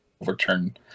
overturn